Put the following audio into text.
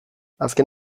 azken